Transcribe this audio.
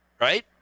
right